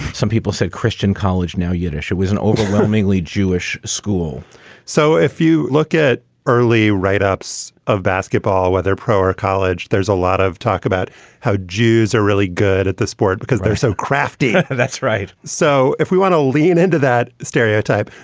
some people said christian college, now yiddish. it was an overwhelmingly jewish school so if you look at early write-ups of basketball, whether pro or college, there's a lot of talk about how jews are really good at the sport because they're so crafty. that's right. so if we want to lean into that stereotype,